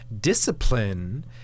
Discipline